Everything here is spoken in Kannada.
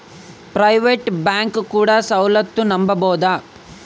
ಪ್ರೈವೇಟ್ ಬ್ಯಾಂಕ್ ಕೊಡೊ ಸೌಲತ್ತು ನಂಬಬೋದ?